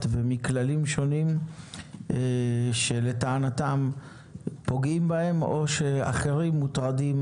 ומכללים שונים שלטענתם פוגעים בהם או שאחרים מוטרדים